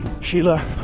Sheila